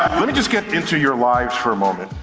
let me just get into your lives for a moment.